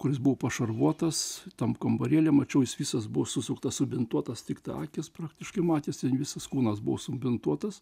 kuris buvo pašarvotas tam kambarėly mačiau jis visas buvo susuktas subintuotas tiktai akys praktiškai matėsi visas kūnas buvo subintuotas